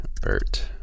Bert